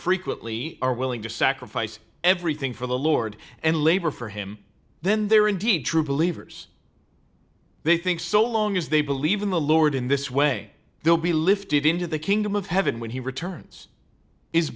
frequently are willing to sacrifice everything for the lord and labor for him then there are indeed true believers they think so long as they believe in the lord in this way they'll be lifted into the kingdom of heaven when he returns is